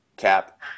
Cap